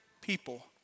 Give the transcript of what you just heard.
people